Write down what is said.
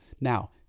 Now